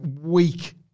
weak